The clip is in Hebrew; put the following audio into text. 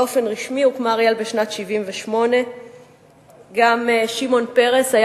באופן רשמי הוקמה אריאל בשנת 1978. גם שמעון פרס היה